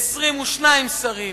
22 שרים.